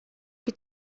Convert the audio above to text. que